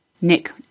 Nick